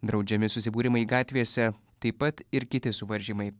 draudžiami susibūrimai gatvėse taip pat ir kiti suvaržymai